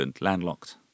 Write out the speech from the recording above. landlocked